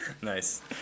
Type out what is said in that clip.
Nice